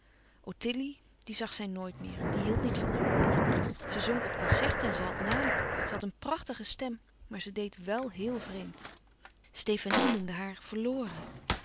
ottilie die zag zij nooit meer die hield niet van haar moeder ze zong op concerten en ze had naam ze had een prachtige stem maar ze deed wèl heel vreemd stefanie noemde haar verloren